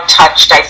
touched